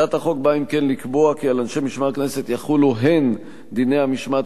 הצעת החוק באה לקבוע כי על אנשי משמר הכנסת יחולו הן דיני המשמעת